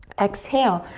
exhale,